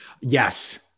Yes